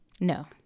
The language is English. No